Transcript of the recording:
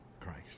Christ